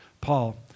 Paul